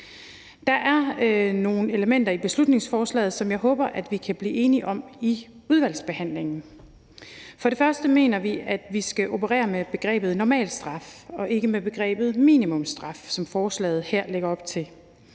Der er nogle elementer i beslutningsforslaget, som jeg håber vi kan blive enige om i udvalgsbehandlingen. For det første mener vi, at vi skal operere med begrebet normalstraf og ikke med begrebet minimumsstraf, som forslaget her lægger op til.